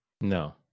No